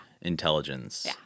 intelligence